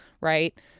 right